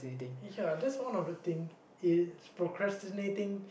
ya that's one of the thing it's procrastinating